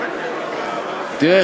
תראה,